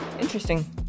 Interesting